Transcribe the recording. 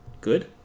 good